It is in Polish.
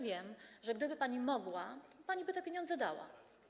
Wiem, że gdyby pani mogła, to pani by te pieniądze dała.